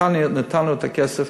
נתנו את הכסף,